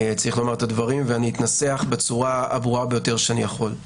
ואני אתנסח בצורה הברורה ביותר שאני יכול.